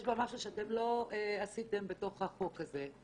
יש בה משהו שאתם לא עשיתם בתוך החוק הזה.